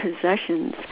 possessions